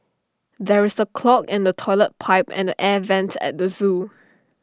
there is A clog in the Toilet Pipe and the air Vents at the Zoo